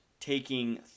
taking